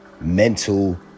mental